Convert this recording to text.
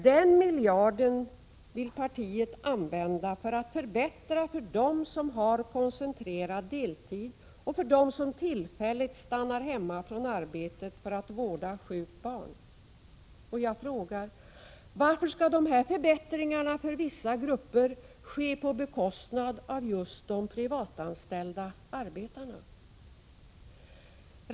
Den miljarden vill partiet använda för att förbättra för dem som har koncentrerad deltid och för dem som tillfälligt stannar hemma från arbetet för att vårda sjukt barn. Jag frågar: Varför skall dessa förbättringar för vissa grupper ske på bekostnad av just de privatanställda arbetarna?